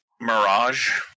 Mirage